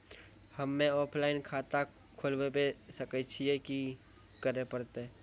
हम्मे ऑफलाइन खाता खोलबावे सकय छियै, की करे परतै?